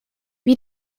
wie